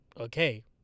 Okay